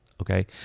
okay